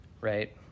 right